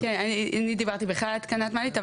אני דיברתי על התקנת מעלית בכלל,